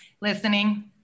Listening